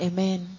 Amen